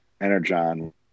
Energon